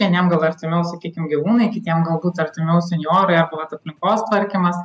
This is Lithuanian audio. vieniem gal artimiau sakykim gyvūnai kitiem galbūt artimiau sinjorai arba vat aplinkos tvarkymas